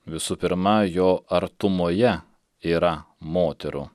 visų pirma jo artumoje yra moterų